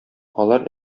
алар